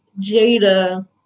Jada